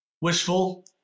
wishful